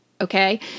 Okay